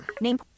Name